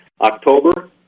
October